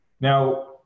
Now